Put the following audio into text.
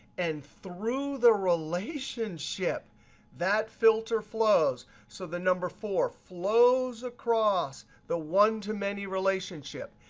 and through the relationship that filter flows. so the number four flows across the one-to-many relationship.